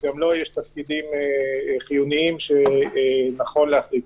שגם לו יש תפקידים חיוניים שנכון להחריג,